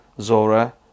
Zora